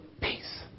peace